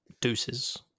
deuces